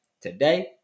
today